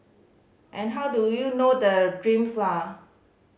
and how do you know the dreams are